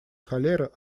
холера